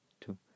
two